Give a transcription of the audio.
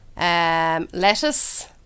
Lettuce